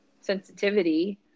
sensitivity